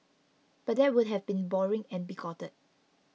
but that would have been boring and bigoted